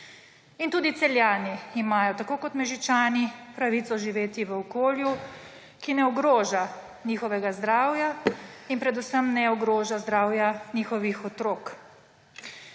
In tudi Celjani imajo, tako kot Mežičani, pravico živeti v okolju, ki ne ogroža njihovega zdravja in predvsem ne ogroža zdravja njihovih otrok.